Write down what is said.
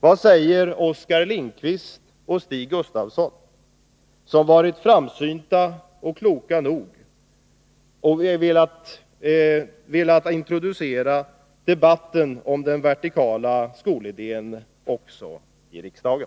Vad säger Oskar Lindkvist och Stig Gustafsson, som varit framsynta och kloka nog att vilja introducera debatten om den vertikala skolidén också i riksdagen?